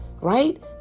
Right